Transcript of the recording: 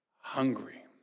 hungry